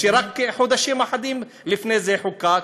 שרק חודשים אחדים לפני זה חוקק,